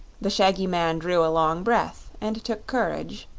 the shaggy man drew a long breath and took courage.